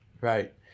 Right